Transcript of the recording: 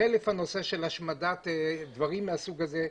חלף הנושא של השמדת דברים מהסוג הזה,